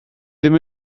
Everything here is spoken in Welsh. ddim